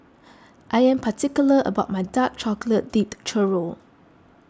I am particular about my Dark Chocolate Dipped Churro